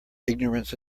ignorance